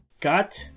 Got